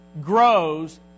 grows